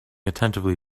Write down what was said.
attentively